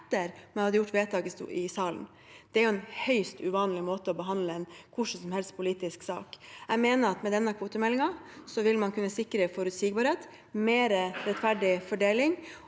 etter at man hadde fattet vedtaket i salen. Det er en høyst uvanlig måte å behandle en hvilken som helst politisk sak på. Jeg mener at man med denne kvotemeldingen vil kunne sikre forutsigbarhet og mer rettferdig fordeling,